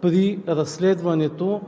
при разследването